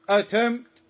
attempt